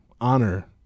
honor